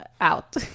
Out